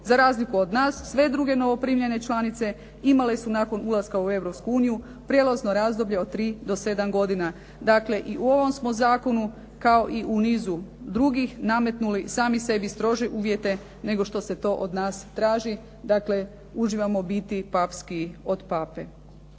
Za razliku od nas, sve druge novoprimljene članice imale su nakon ulaska u Europsku uniju prijelazno razdoblje od 3 do 7 godina. Dakle, i u ovom smo zakonu kao i u nizu drugih nametnuli sami sebi strože uvjete nego što se to od nas traži. Dakle, uživamo biti papskiji od pape.